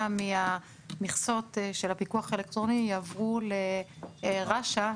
מהמכסות של הפיקוח האלקטרוני יעברו לרש"א,